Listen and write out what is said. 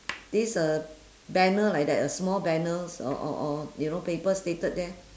this uh banner like that a small banner or or or you know papers stated there